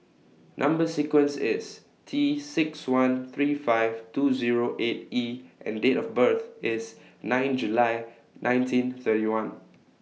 Number sequence IS T six one three five two Zero eight E and Date of birth IS nine July nineteen thirty one